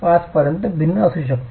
5 पर्यंत भिन्न असू शकतात